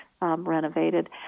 renovated